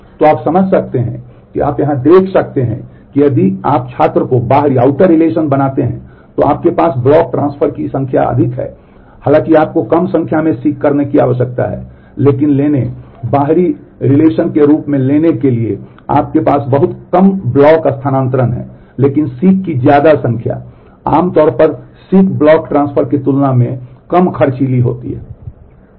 तो आप समझ सकते हैं कि आप यहां देख सकते हैं कि यदि आप छात्र को बाहरी ब्लॉक ट्रांसफर की तुलना में कम खर्चीली होती है